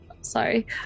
Sorry